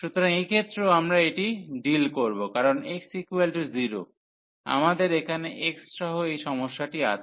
সুতরাং এই ক্ষেত্রেও আমরা এটি ডিল করব কারণ x0 আমাদের এখানে x সহ এই সমস্যাটি আছে